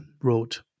wrote